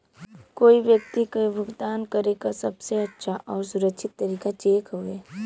कोई व्यक्ति के भुगतान करे क सबसे अच्छा आउर सुरक्षित तरीका चेक हउवे